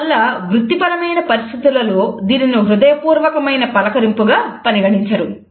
అందువల్ల వృత్తి పరమైన పరిస్థితులలో దీనిని హృదయ పూర్వకమైన పలకరింపుగా పరిగణించరు